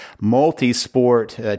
multi-sport